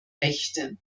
rechte